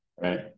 right